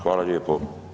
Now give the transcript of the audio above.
Hvala lijepo.